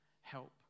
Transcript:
help